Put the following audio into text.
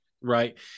right